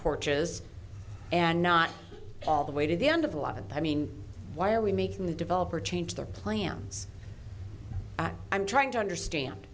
porches and not all the way to the end of the lot i mean why are we making the developer change the plans i'm trying to understand